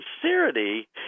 sincerity